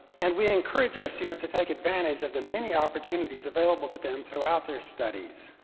and we encourage our students to take advantage of the many opportunities available to them throughout their studies.